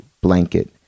blanket